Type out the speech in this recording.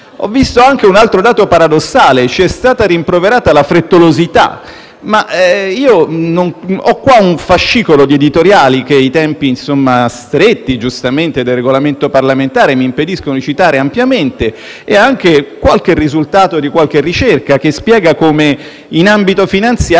Ho visto anche un altro dato paradossale: ci è stata rimproverata la frettolosità. Ho qui un fascicolo di editoriali, che i tempi stretti, giustamente, del Regolamento parlamentare mi impediscono di citare ampiamente, e anche i risultati di qualche ricerca che spiegano come, in ambito finanziario,